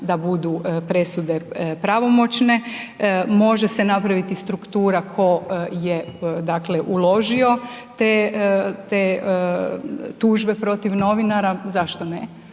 da budu presude pravomoćne. Može se napraviti struktura tko je dakle uložio te tužbe protiv novinara, zašto ne,